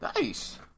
Nice